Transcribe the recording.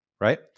right